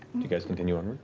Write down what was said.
you guys continue onward?